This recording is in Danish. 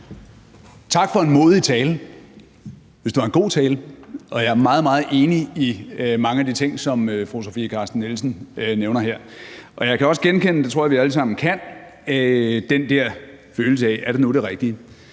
Tak for en modig tale. Jeg synes, det var en god tale, og jeg er meget, meget enig i mange af de ting, som fru Sofie Carsten Nielsen nævner her. Jeg kan også genkende – det tror jeg vi alle sammen kan – den der følelse af: Er det nu det rigtige?